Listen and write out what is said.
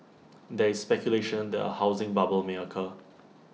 there is speculation that A housing bubble may occur